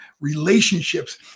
relationships